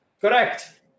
Correct